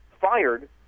fired